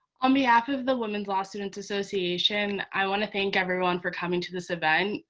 on behalf of the women's law student association, i want to thank everyone for coming to this event.